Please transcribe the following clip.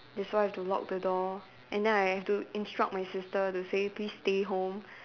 that's why I have to lock the door and then I have to instruct my sister to say please stay home